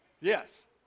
Yes